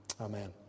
Amen